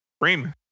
cream